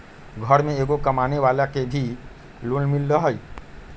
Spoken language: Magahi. घर में एगो कमानेवाला के भी लोन मिलहई?